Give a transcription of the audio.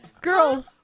Girl